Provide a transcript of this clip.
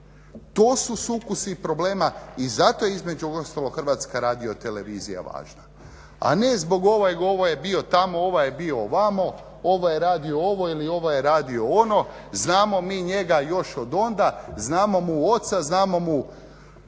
To su sukusi problem i zato između ostalog HRT važna, a ne zbog ovaj ovaj je bio tamo ovaj je bio ovamo, ovaj je radio ovo ili ovaj radio ono, znamo mi njega još od onda, znamo mu oca, znamo mu